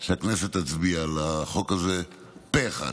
שהכנסת תצביע על החוק הזה פה אחד.